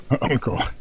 Uncle